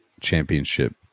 championship